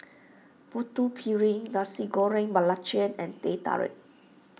Putu Piring Nasi Goreng Belacan and Teh Tarik